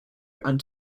and